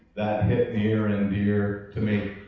that hit near and dear to me.